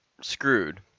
screwed